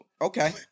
Okay